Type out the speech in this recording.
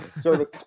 service